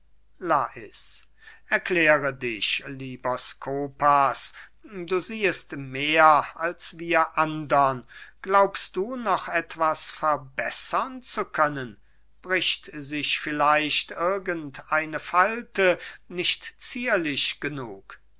lais erkläre dich lieber skopas du siehest mehr als wir andern glaubst du noch etwas verbessern zu können bricht sich vielleicht irgend eine falte nicht zierlich genug